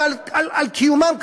ועל קיומם,